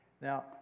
Now